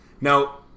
Now